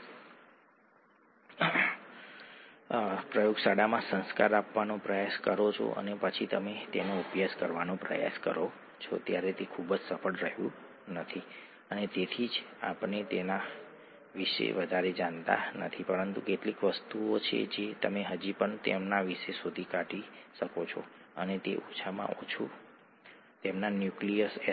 અને એટીપી ના ડિફોસ્ફોરાયલેશનથી એડીપી મળે છે અને આ નૃત્ય જ વિવિધ વસ્તુઓ માટે ઊર્જા પૂરી પાડે છે અને કોષમાં ઊર્જાનું ચલણ પણ બનાવે છે